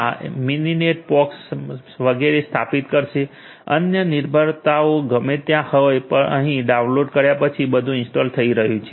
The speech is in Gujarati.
sh આ મિનિનેટ પોક્સ વગેરે સ્થાપિત કરશે અન્ય નિર્ભરતાઓ ગમે ત્યાં હોય અહીં ડાઉનલોડ કર્યા પછી બધું ઇન્સ્ટોલ થઈ રહ્યું છે